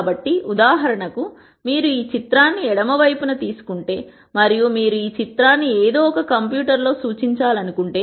కాబట్టి ఉదాహరణకు మీరు ఈ చిత్రాన్ని ఎడమ వైపున తీసుకుంటే మరియు మీరు ఈ చిత్రాన్ని ఏదో ఒక కంప్యూటర్లో సూచించాలనుకుంటే